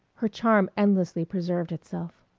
her charm endlessly preserved itself.